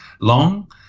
long